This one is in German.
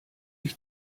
ich